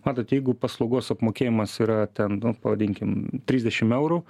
matot jeigu paslaugos apmokėjimas yra ten nu pavadinkim trisdešim eurų